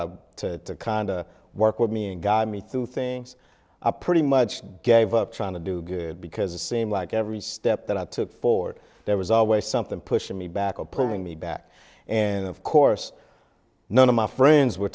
to kind of work with me and got me through things pretty much gave up trying to do good because it seemed like every step that i took forward there was always something pushing me back or pulling me back and of course none of my friends were